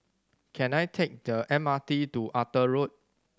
can I take the M R T to Arthur Road